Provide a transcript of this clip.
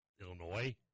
Illinois